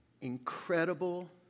incredible